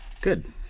good